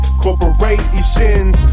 corporations